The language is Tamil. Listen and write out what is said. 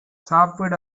சாப்பிட